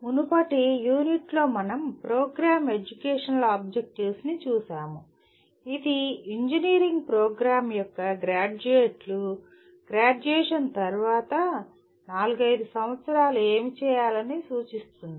మునుపటి యూనిట్లో మనం ప్రోగ్రామ్ ఎడ్యుకేషనల్ ఆబ్జెక్టివ్స్ ని చూశాము ఇది ఇంజనీరింగ్ ప్రోగ్రామ్ యొక్క గ్రాడ్యుయేట్లు గ్రాడ్యుయేషన్ తర్వాత 4 5 సంవత్సరాలు ఏమి చేయాలని సూచిస్తుంది